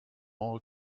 all